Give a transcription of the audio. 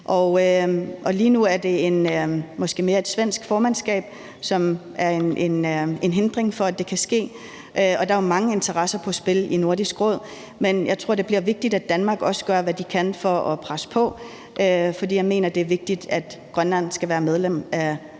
Lige nu er det måske mere et svensk formandskab, som er en hindring for, at det kan ske. Der er jo mange interesser på spil i Nordisk Råd, men jeg tror, det bliver vigtigt, at Danmark også gør, hvad de kan for at presse på, for jeg mener, det er vigtigt, at Grønland er medlem af